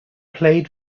played